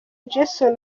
jason